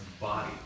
body